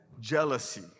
jealousy